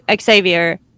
Xavier